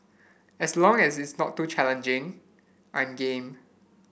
as long as it's not too challenging I'm game